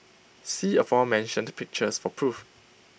see aforementioned pictures for proof